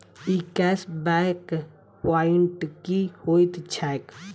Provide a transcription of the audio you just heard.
ई cash back point की होइत छैक?